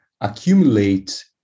accumulate